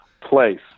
place